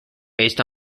based